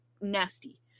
nasty